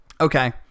okay